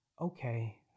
okay